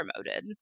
promoted